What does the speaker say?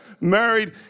married